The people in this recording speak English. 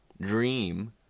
dream